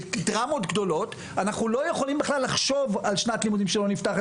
אנחנו לא יכולים לחשוב על שנת לימודים שלא נפתחת,